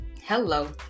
Hello